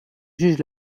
juge